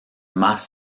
más